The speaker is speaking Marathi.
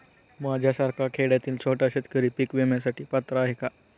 माझ्यासारखा खेड्यातील छोटा शेतकरी पीक विम्यासाठी पात्र आहे का?